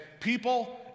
people